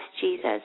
Jesus